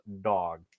dog